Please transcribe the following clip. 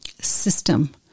system